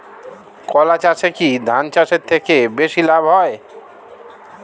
কলা চাষে কী ধান চাষের থেকে বেশী লাভ হয়?